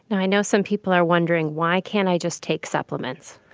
and i know some people are wondering, why can't i just take supplements?